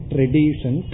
Tradition